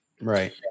Right